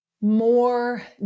more